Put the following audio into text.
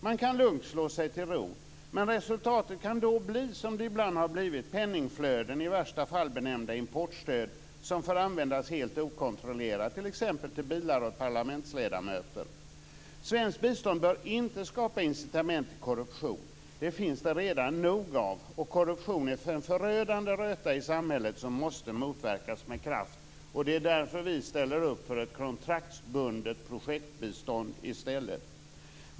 Man kan lugnt slå sig till ro, men resultatet kan då bli, som det ibland har blivit, penningflöden, i värsta fall benämnda importstöd, som får användas helt okontrollerat, t.ex. till bilar åt parlamentsledamöter. Svenskt bistånd bör inte skapa incitament till korruption. Det finns det redan nog av. Korruption är en förödande röta i samhället, som måste motverkas med kraft. Det är därför vi i stället ställer upp för ett kontraktsbundet projektbistånd.